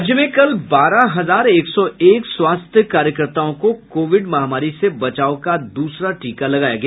राज्य में कल बारह हजार एक सौ एक स्वास्थ्य कार्यकर्ताओं को कोविड महामारी से बचाव का दूसरा टीका लगाया गया